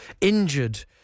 injured